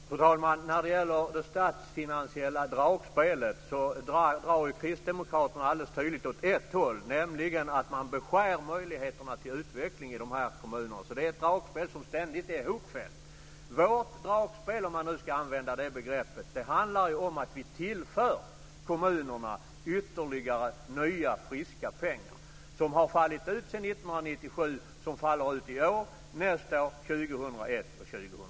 Fru talman! När det gäller det statsfinansiella dragspelet drar kristdemokraterna alldeles tydligt åt ett håll. Man beskär nämligen möjligheterna till utveckling i dessa kommuner. Det är ett dragspel som ständigt är hopfällt. Vårt dragspel, om man nu ska använda det begreppet, handlar om att vi tillför kommunerna ytterligare nya friska pengar. De har fallit ut sedan 1997 och faller ut i år, nästa år, 2001 och 2002.